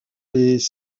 les